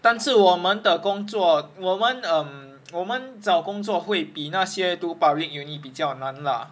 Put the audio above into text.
但是我们的工作我们 um 我们找工作会比那些读 public uni 比较难的 lah